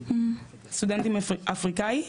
סטודנטים אפריקאי,